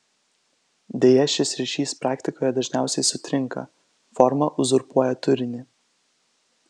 deja šis ryšys praktikoje dažniausiai sutrinka forma uzurpuoja turinį